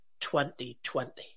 2020